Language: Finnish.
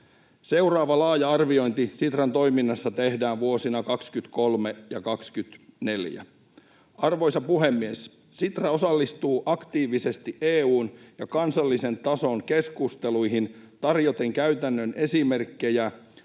Seuraava laaja arviointi Sitran toiminnassa tehdään vuosina 23 ja 24. Arvoisa puhemies! Sitra osallistuu aktiivisesti EU:n ja kansallisen tason keskusteluihin tarjoten käytännön esimerkkejä